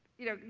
you know,